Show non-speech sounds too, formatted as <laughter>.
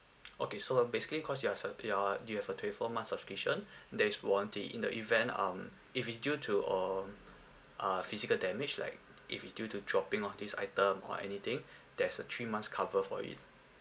<noise> okay so basically cause you are ce~ you're you have a twenty four months subscription there is warranty in the event um if it's due to um ah physical damage like if it due to dropping of this item or anything there's a three months cover for it